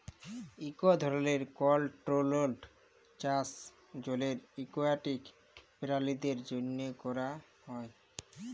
ইক ধরলের কলটোরোলড চাষ জলের একুয়াটিক পেরালিদের জ্যনহে ক্যরা হ্যয়